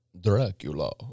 Dracula